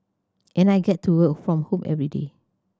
and I get to work from home everyday